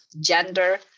gender